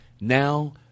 Now